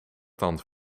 tand